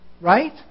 Right